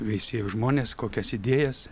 veisiejų žmones kokias idėjas